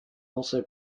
also